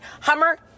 Hummer